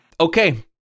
Okay